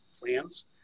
plans